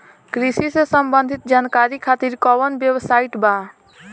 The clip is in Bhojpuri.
कृषि से संबंधित जानकारी खातिर कवन वेबसाइट बा?